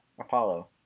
apollo